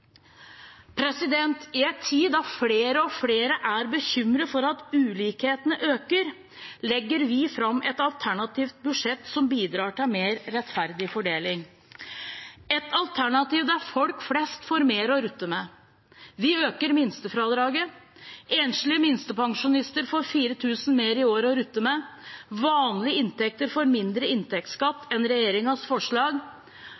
I en tid da flere og flere er bekymret for at ulikhetene øker, legger vi fram et alternativt budsjett som bidrar til en mer rettferdig fordeling, et alternativ der folk flest får mer å rutte med. Vi øker minstefradraget. Enslige minstepensjonister får 4 000 kr mer i året å rutte med. På vanlige inntekter blir det mindre